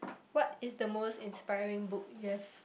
what is the most inspiring book you have